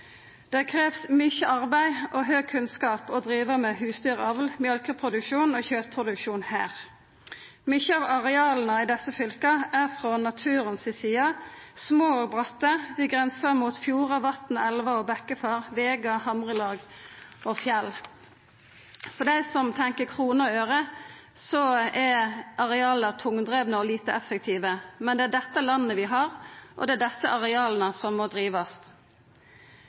Det krevst mykje arbeid og høg kunnskap for å driva med husdyravl, mjølkeproduksjon og kjøtproduksjon her. Store delar av arealet i desse fylka er frå naturen si side små og bratte. Dei grensar mot fjordar, vatn, elvar og bekkefar, vegar, hamrelag og fjell. For dei som tenkjer kroner og øre, er areala tungdrivne og lite effektive, men det er dette landet vi har, og det er desse areala som må drivast.